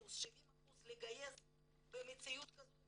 עשרות שנים של ידע על פגיעה מינית.